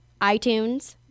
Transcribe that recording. iTunes